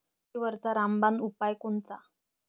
कोळशीवरचा रामबान उपाव कोनचा?